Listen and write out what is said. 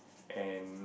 and